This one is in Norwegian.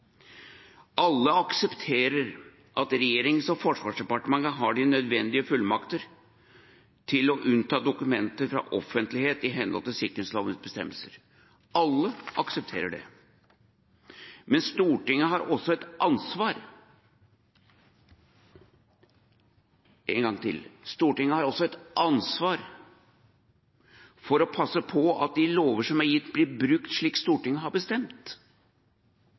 Alle aksepterer at regjeringen og Forsvarsdepartementet har de nødvendige fullmakter til å unnta dokumenter fra offentlighet i henhold til sikkerhetslovens bestemmelser. Alle aksepterer det. Men Stortinget har også et ansvar – en gang til: Stortinget har også et ansvar – for å passe på at de lover som er gitt, blir brukt slik Stortinget har bestemt.